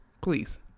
Please